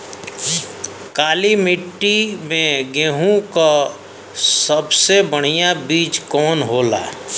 काली मिट्टी में गेहूँक सबसे बढ़िया बीज कवन होला?